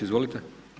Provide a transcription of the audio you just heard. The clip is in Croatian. Izvolite.